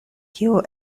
kiu